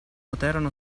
poterono